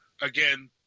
again